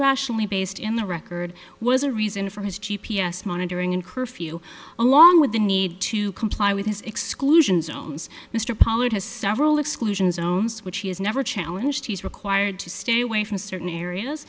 rationally based in the record was a reason for his g p s monitoring and curfew along with the need to comply with his exclusion zones mr pollard has several exclusion zones which he has never challenge he's required to stay away from certain areas